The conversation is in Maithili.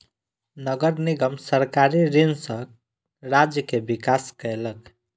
नगर निगम सरकारी ऋण सॅ राज्य के विकास केलक